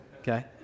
okay